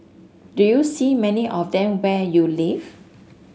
do you see many of them where you live